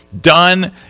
done